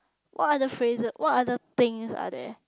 what other phrases what other things are there